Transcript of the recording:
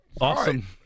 Awesome